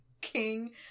king